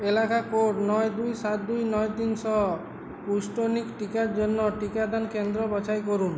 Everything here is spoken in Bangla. এলাকা কোড নয় দুই সাত দুই নয় তিন সহ পুষ্টনিক টিকার জন্য টিকাদান কেন্দ্র বাছাই করুন